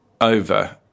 over